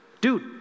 Dude